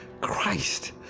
christ